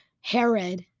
Herod